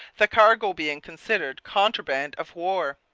the cargo being considered contraband of war.